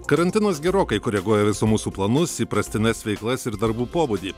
karantinas gerokai koreguoja visų mūsų planus įprastines veiklas ir darbų pobūdį